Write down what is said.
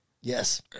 Yes